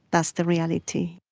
that's the reality.